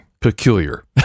peculiar